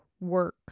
work